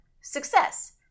Success